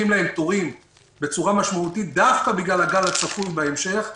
להם תורים בצורה משמעותית דווקא בגלל הגל הצפוי בהמשך.